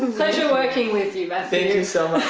pleasure working with you matthew. so